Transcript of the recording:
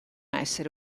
essere